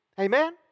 Amen